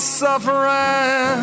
suffering